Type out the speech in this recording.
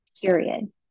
period